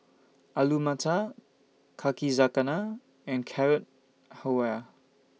Alu Matar Kakizakana and Carrot Halwa